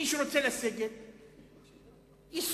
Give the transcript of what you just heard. מי שרוצה לסגת, ייסוג.